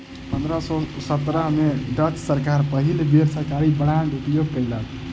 पंद्रह सौ सत्रह में डच सरकार पहिल बेर सरकारी बांड के उपयोग कयलक